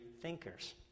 thinkers